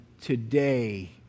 today